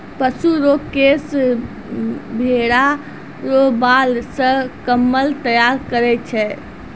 पशु रो केश भेड़ा रो बाल से कम्मल तैयार करै छै